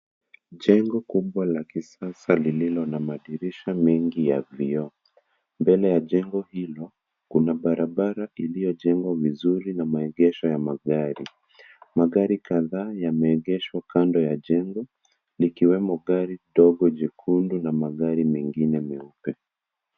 Jengo kubwa la kisasa lililo na madirisha mengi ya vioo. Mbele ya jengo hilo, kuna barabara iliyojengwa vizuri na maegesho ya magari. Magari kadhaa yameegeshwa kando ya jengo, likiwemo gari dogo jekundu na magari mengine meupe.